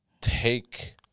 take